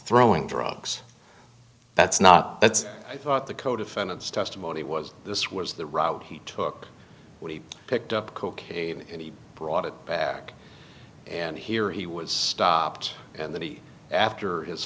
throwing drugs that's not that's i thought the co defendant's testimony was this was the route he took when he picked up cocaine and he brought it back and here he was stopped and then he after his